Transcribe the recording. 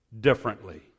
differently